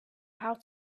how